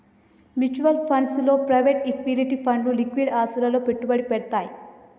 mutual funds లో private equity ఫండ్లు liquid ఆస్తులలో పెట్టుబడి పెడ్తయ్